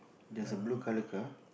there's a blue colour car